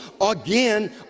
again